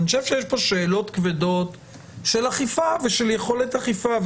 אני חושב שיש פה שאלות כבדות של אכיפה ושל יכולת אכיפה.